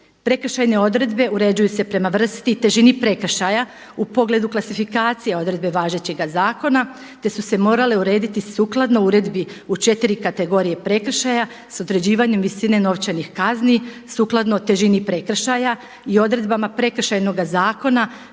Prekršajne odredbe uređuju se prema vrsti i težini prekršaja u pogledu klasifikacije odredbe važećega zakona te su se morale urediti sukladno uredbi u 4 kategorije prekršaja sa određivanjem visine novčanih kazni sukladno težini prekršaja i odredbama Prekršajnoga zakona